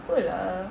apa lah